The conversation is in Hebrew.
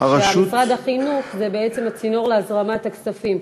ומשרד החינוך זה בעצם הצינור להזרמת הכספים.